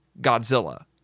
Godzilla